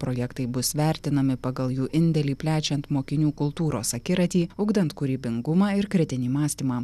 projektai bus vertinami pagal jų indėlį plečiant mokinių kultūros akiratį ugdant kūrybingumą ir kritinį mąstymą